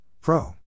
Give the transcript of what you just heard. pro